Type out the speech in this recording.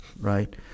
right